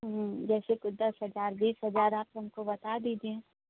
जैसे कि दस हज़ार बीस हज़ार आप हमको बता दीजिए